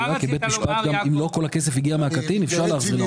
כי בית משפט גם אם לא כל הכסף הגיע מהקטין אפשר להחזיר.